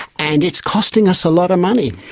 and it's costing us a lot of money.